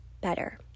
better